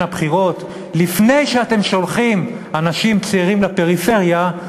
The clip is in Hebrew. הבחירות: לפני שאתם שולחים אנשים צעירים לפריפריה,